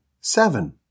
seven